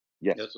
Yes